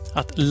att